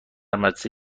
مدرسه